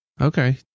Okay